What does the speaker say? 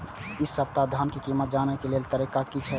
इ सप्ताह धान के कीमत जाने के लेल तरीका की छे?